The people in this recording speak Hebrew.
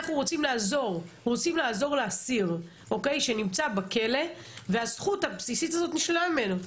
אנחנו רוצים לעזור לאסיר שנמצא בכלא והזכות הבסיסית הזאת נשללה ממנו.